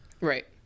Right